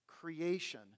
creation